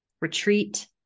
retreat